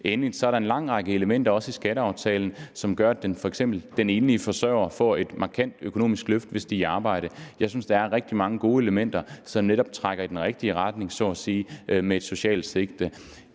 Endelig er der også en lang række elementer i skatteaftalen, som gør, at f.eks. de enlige forsørgere får et markant økonomisk løft, hvis de er i arbejde. Jeg synes, at der er rigtig mange gode elementer, som netop så at sige trækker i den rigtige retning med et socialt sigte.